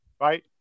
right